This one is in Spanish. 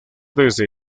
desde